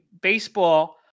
baseball